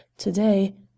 today